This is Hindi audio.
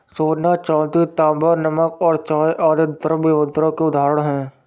सोना, चांदी, तांबा, नमक और चाय आदि द्रव्य मुद्रा की उदाहरण हैं